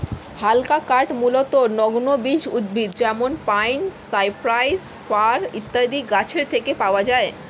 হালকা কাঠ মূলতঃ নগ্নবীজ উদ্ভিদ যেমন পাইন, সাইপ্রাস, ফার ইত্যাদি গাছের থেকে পাওয়া যায়